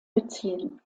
beziehen